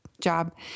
job